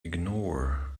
ignore